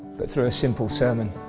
but through a simple sermon.